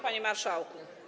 Panie Marszałku!